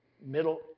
middle